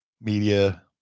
media